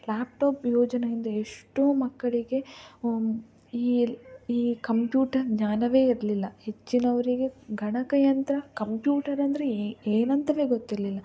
laptop ಯೋಜನೆಯಿಂದ ಎಷ್ಟೋ ಮಕ್ಕಳಿಗೆ ಒ ಈ ಈ ಕಂಪ್ಯೂಟರ್ ಜ್ಞಾನವೇ ಇರಲಿಲ್ಲ ಹೆಚ್ಚಿನವರಿಗೆ ಗಣಕಯಂತ್ರ ಕಂಪ್ಯೂಟರ್ ಅಂದರೆ ಏನಂತಲೇ ಗೊತ್ತಿರಲಿಲ್ಲ